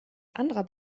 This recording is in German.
anderer